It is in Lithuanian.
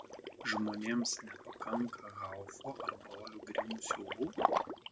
žmonėms nepakanka haufo ar brolių grimų siaubų